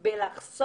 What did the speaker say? - הם פשוט